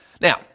Now